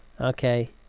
Okay